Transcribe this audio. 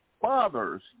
fathers